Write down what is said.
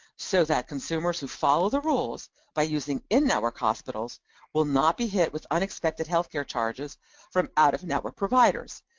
so that consumers who follow the rules by using in-network hospitals will not be hit with unexpected healthcare charges from out-of-network providers.